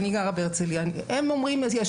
אני גרה בהרצליה - הם אומרים שיש